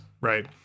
right